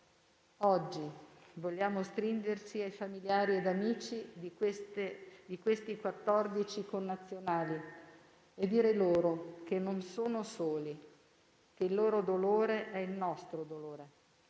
Oggi vogliamo stringerci ai familiari ed amici di questi 14 connazionali e dire loro che non sono soli, che il loro dolore è il nostro dolore,